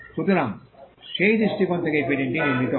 সুতরাং সেই দৃষ্টিকোণ থেকেই পেটেন্টটি নির্মিত হয়